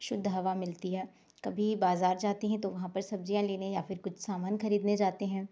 शुद्ध हवा मिलती है कभी बाज़ार जाते हैं तो वहाँ पर सब्जियाँ लेने या फिर कुछ सामान खरीदने जाते हैं